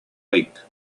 week